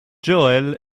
joel